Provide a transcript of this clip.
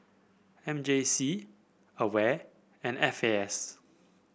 M J C Aware and F A S